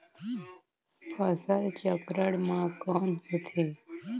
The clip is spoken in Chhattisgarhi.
फसल चक्रण मा कौन होथे?